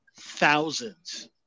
thousands